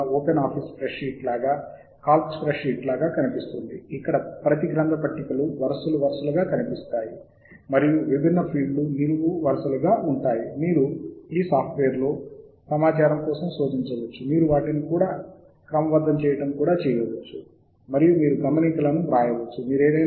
మనం ఈ బిబ్ ఫైళ్ళను ఎలా సవరించాలి తద్వారా మనం కలపవచ్చు మరియు సరిపోల్చవచ్చు కలపవచ్చు మొదలైనవి